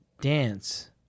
dance